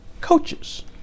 coaches